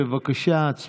בבקשה, הצבעה.